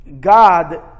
God